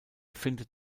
findet